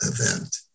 event